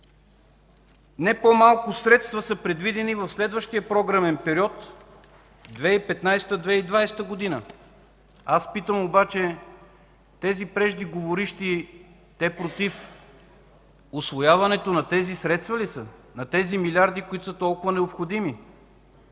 Не по-малко средства са предвидени в следващия програмен период – 2015-2020 г. Аз питам обаче тези преждеговорившите против усвояването на тези средства ли са, на тези милиарди, които са толкова необходими?